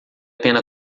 pena